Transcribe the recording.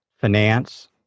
Finance